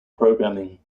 programming